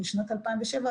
בשנת 2007,